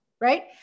right